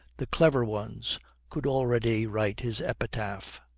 the clever ones could already write his epitaph.